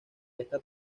esta